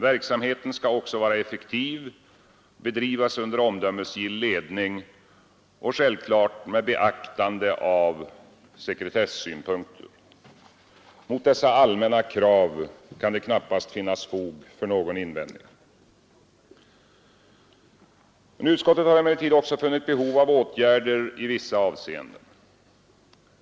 Verksamheten skall också vara effektiv och bedrivas under omdömesgill ledning med beaktande av självklara sekretessynpunkter. Mot dessa allmänna krav kan det knappast finnas fog för någon invändning. Utskottet har emellertid också funnit behov av åtgärder i vissa avseenden.